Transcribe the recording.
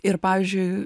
ir pavyzdžiui